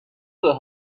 were